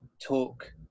talk